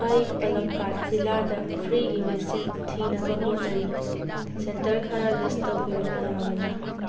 ꯑꯩ ꯄꯂꯛꯀꯥꯠ ꯖꯤꯂꯥꯗ ꯐ꯭ꯔꯤꯒꯤ ꯚꯦꯛꯁꯤꯟ ꯊꯤꯅꯕ ꯍꯣꯠꯅꯔꯤ ꯁꯦꯟꯇꯔ ꯈꯔ ꯂꯤꯁ ꯇꯧꯕꯤꯔꯛꯄ ꯌꯥꯒꯗ꯭ꯔꯥ